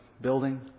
building